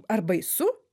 ar baisu